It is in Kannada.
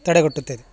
ತಡೆಗಟ್ಟುತ್ತದೆ